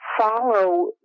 follow